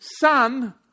son